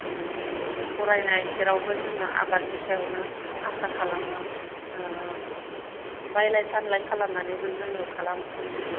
फरायनाय जेरावबो जोङो आबादनि सायावनो आसा खालामो बायलाय फानलाय खालामनानैबो जोङो खालाम